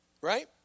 Right